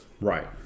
Right